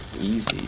easy